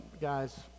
guys